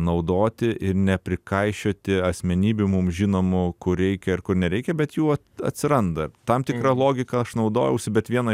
naudoti ir neprikaišioti asmenybių mum žinomų kur reikia ir kur nereikia bet jų atsiranda tam tikra logika aš naudojausi bet vieną